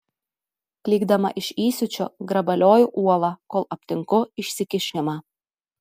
klykdama iš įsiūčio grabalioju uolą kol aptinku išsikišimą